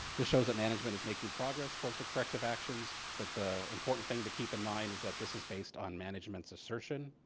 shows that management is making progress towards the corrective actions. but the important thing to keep in mind is that this is based on management's assertion